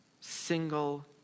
single